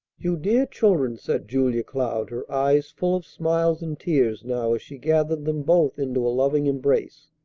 you dear children! said julia cloud, her eyes full of smiles and tears now as she gathered them both into a loving embrace.